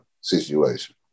situation